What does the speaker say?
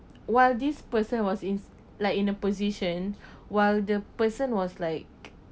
while this person was is like in a position while the person was like